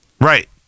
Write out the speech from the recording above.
Right